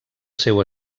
seu